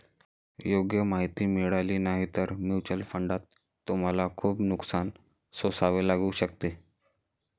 योग्य माहिती मिळाली नाही तर म्युच्युअल फंडात तुम्हाला खूप नुकसान सोसावे लागू शकते